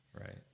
Right